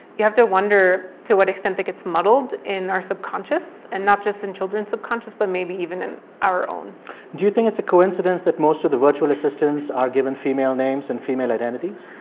you have to wonder to what extent that gets muddled in our subconscious and not just in children's subconscious but maybe even in our own do you think it's a coincidence that most of the virtual assistants are given female names and female identities?